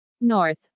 North